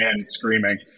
screaming